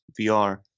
vr